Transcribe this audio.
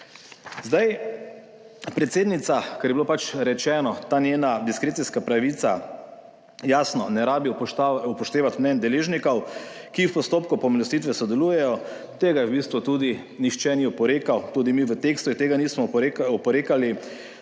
Zdaj, predsednica, ker je bilo pač rečeno, ta njena diskrecijska pravica, jasno, ne rabi upoštevati mnenj deležnikov, ki v postopku pomilostitve sodelujejo, tega ji v bistvu tudi nihče ni oporekal, tudi mi v tekstu tega nismo oporekali.